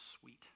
Sweet